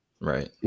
right